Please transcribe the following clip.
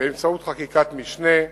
באמצעות חקיקת משנה,